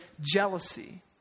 jealousy